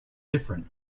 different